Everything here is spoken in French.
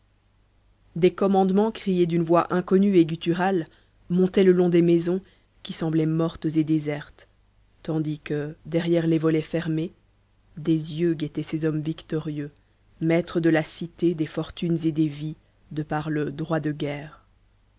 des commandements criés d'une voix inconnue et gutturale montaient le long des maisons qui semblaient mortes et désertes tandis que derrière les volets fermés des yeux guettaient ces hommes victorieux maîtres de la cité des fortunes et des vies de par le droit de guerre